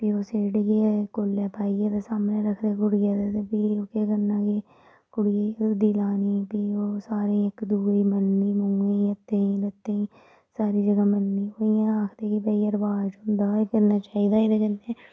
फ्ही ओह् सेड़ियै कोल्ले पाइयै ते सामनै रखदे कुड़ियै दे ते फ्ही केह् करना कि कुड़ियै गी हल्दी लानी फ्ही ओह् सारें इक दुए गी मलनी मुहें गी हत्थें गी लत्तें गी सारी जगह् मलनी इयां आखदे कि भई एह् रवाज़ होंदा एह् करना चाहि्दा एह्दे कन्नै